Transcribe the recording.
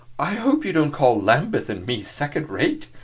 i hope you don't call lambeth and me second rate,